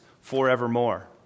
forevermore